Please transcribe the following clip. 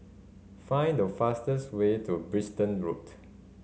find the fastest way to Bristol Road